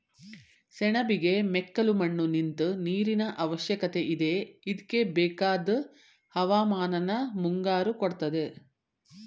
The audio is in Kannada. ಸೆಣಬಿಗೆ ಮೆಕ್ಕಲುಮಣ್ಣು ನಿಂತ್ ನೀರಿನಅವಶ್ಯಕತೆಯಿದೆ ಇದ್ಕೆಬೇಕಾದ್ ಹವಾಮಾನನ ಮುಂಗಾರು ಕೊಡ್ತದೆ